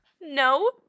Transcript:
No